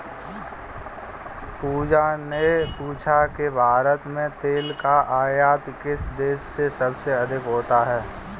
पूजा ने पूछा कि भारत में तेल का आयात किस देश से सबसे अधिक होता है?